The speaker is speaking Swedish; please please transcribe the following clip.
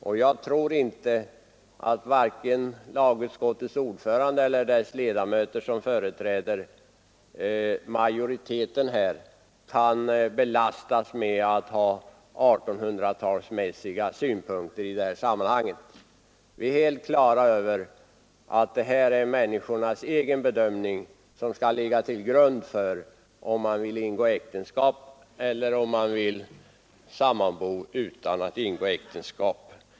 Och jag tror inte att vare sig lagutskottets ordförande eller de ledamöter som företräder majoriteten i detta fall kan anklagas för att ha 1800-talsmässiga synpunkter på denna fråga. Vi är helt införstådda med att det är människornas egen bedömning som skall vara avgörande för om de vill ingå ett äktenskap eller om de vill sammanbo utan att ingå äktenskap.